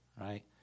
right